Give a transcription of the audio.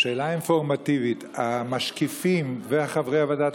שאלה אינפורמטיבית: המשקיפים וחברי ועדת